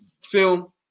film